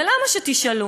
ולמה שתשאלו?